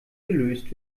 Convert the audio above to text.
gelöst